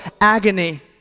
agony